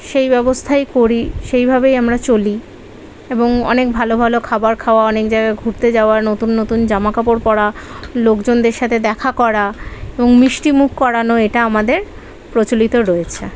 সেই ব্যবস্থাই করি সেইভাবেই আমরা চলি এবং অনেক ভালো ভালো খাবার খাওয়া অনেক জায়গায় ঘুরতে যাওয়া নতুন নতুন জামা কাপড় পরা লোকজনদের সাথে দেখা করা এবং মিষ্টিমুখ করানো এটা আমাদের প্রচলিত রয়েছে